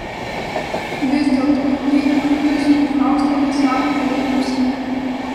vis dėlto nei andrius nei fausta nesako kalėdoms ne